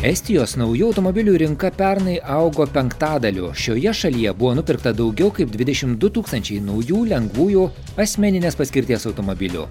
estijos naujų automobilių rinka pernai augo penktadaliu šioje šalyje buvo nupirkta daugiau kaip dvidešim du tūkstančiai naujų lengvųjų asmeninės paskirties automobilių